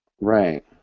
Right